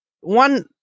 one